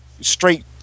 straight